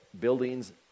buildings